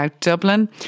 Dublin